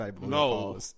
No